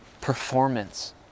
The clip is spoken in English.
performance